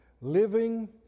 living